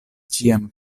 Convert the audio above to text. ĉiam